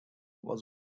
was